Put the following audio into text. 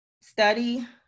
study